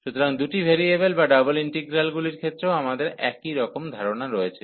সুতরাং দুটি ভেরিয়েবল বা ডাবল ইন্টিগ্রালগুলির ক্ষেত্রেও আমাদের একইরকম ধারণা রয়েছে